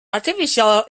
artificial